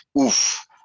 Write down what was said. oof